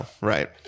right